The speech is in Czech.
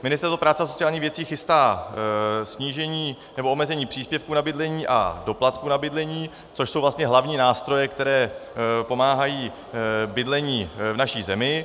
Ministerstvo práce a sociálních věcí chystá snížení nebo omezení příspěvku na bydlení a doplatku na bydlení, což jsou vlastně hlavní nástroje, které pomáhají bydlení v naší zemi.